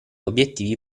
obiettivi